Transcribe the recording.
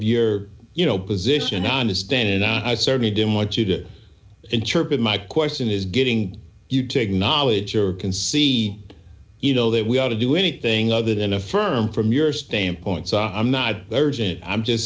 your you know position i understand i certainly didn't want to do interpret my question is getting you take knowledge or can see you know that we ought to do anything other than affirm from your standpoint so i'm not very i'm just